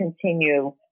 continue